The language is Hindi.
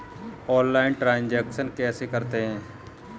ऑनलाइल ट्रांजैक्शन कैसे करते हैं?